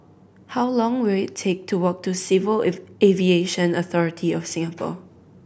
how long will it take to walk to Civil Aviation Authority of Singapore